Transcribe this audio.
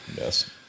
Yes